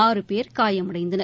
ஆறு பேர் காயமனடந்தனர்